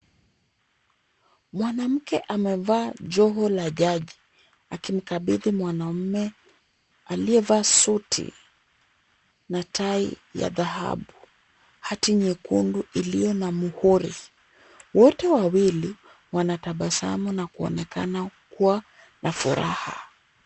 Mwanamke amevaa joho la jaji, akimkabidhi mwanaume aliyevaa suti na tai ya dhahabu hati nyekundu iliyo na muhuri. Wote wawili wanatabasamu na kuonekana kuwa na furaha.